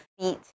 feet